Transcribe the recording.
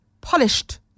polished